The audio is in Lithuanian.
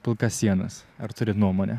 pilkas sienas ar turi nuomonę